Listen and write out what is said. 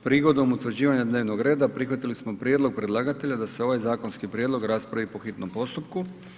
Prigodom utvrđivanja dnevnog reda prihvatili smo prijedlog predlagatelja da se ovaj zakonski prijedlog raspravi po hitnom postupku.